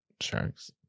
Sharks